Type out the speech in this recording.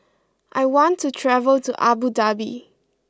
I want to travel to Abu Dhabi